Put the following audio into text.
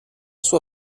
sua